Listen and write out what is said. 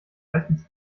meistens